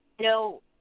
no